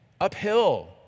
uphill